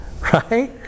Right